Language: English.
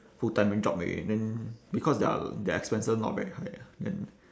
full time job already then because their their expenses not very high ah then